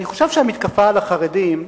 אני חושב שהמתקפה על החרדים,